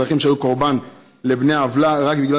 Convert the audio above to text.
אזרחים שהיו קורבן לבני עוולה רק בגלל